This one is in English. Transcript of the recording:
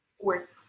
work